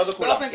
לא בכולן.